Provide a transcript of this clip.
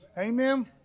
Amen